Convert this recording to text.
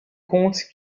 comtes